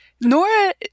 Nora